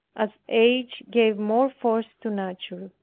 as age gave more force to nature.